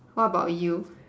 what about you